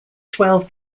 twelve